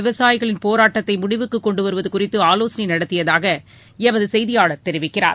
விவசாயிகளின் போராட்டத்தை முடிவுக்கு கொண்டு வருவது குறித்து ஆலோசனை நடத்தியதாக எமது செய்தியாளர் தெரிவிக்கிறார்